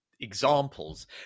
examples